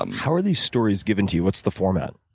um how are these stories given to you? what's the format?